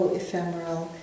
ephemeral